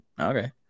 Okay